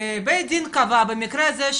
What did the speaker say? בית הדין קבע במקרה הזה,